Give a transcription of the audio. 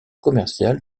commercial